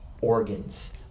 organs